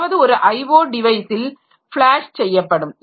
ஏதாவது ஒரு IO டிவைஸில்IO device ஃப்ளாஷ் செய்யப்படும்